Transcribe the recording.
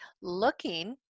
looking